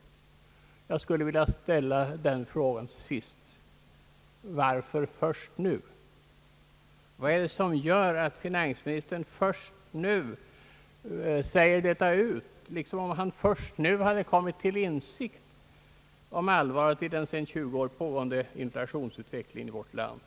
Jag skulle vilja fråga: Varför just nu? Varför säger finansministern detta först nu, liksom om han först nu hade kommit till insikt om allvaret i den sedan tjugo år pågående inflationsutvecklingen i vårt land?